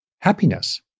happiness